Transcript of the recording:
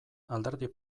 alderdi